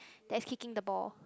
that's kicking the ball